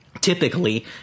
Typically